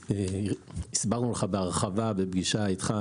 וגם הסברנו לך בהרחבה בפגישה איתך,